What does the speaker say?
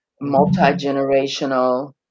multi-generational